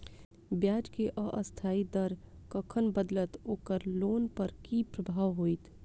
ब्याज केँ अस्थायी दर कखन बदलत ओकर लोन पर की प्रभाव होइत?